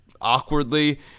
awkwardly